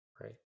Right